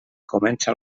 comença